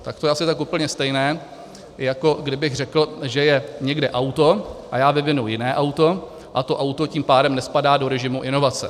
Tak to je asi tak úplně stejné, jako kdybych řekl, že je někde auto a já vyvinu jiné auto, a to auto tím pádem nespadá do režimu inovace.